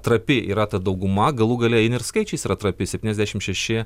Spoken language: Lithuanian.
trapi yra ta dauguma galų gale ir skaičiais yra trapi septyniasdešim šeši